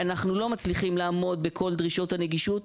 אנחנו לא מצליחים לעמוד בכל דרישות הנגישות,